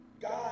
God